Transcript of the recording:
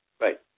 Right